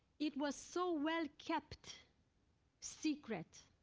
it was so well kept secret.